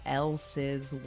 else's